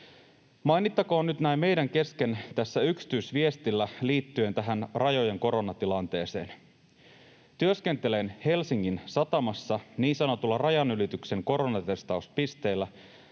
”Mainittakoon nyt näin meidän kesken tässä yksityisviestillä liittyen tähän rajojen koronatilanteeseen... Työskentelen Helsingin satamassa niin sanotulla rajanylityksen koronatestauspisteellä